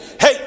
hey